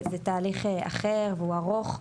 זה תהליך אחר והוא ארוך.